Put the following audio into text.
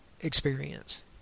experience